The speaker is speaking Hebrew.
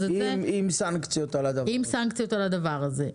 כן, יהיו סנקציות על הדבר הזה.